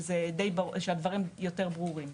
שזה כבר שלב שבו הדברים יותר ברורים.